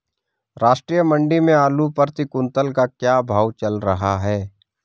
राष्ट्रीय मंडी में आलू प्रति कुन्तल का क्या भाव चल रहा है?